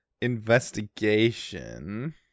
investigation